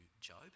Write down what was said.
Job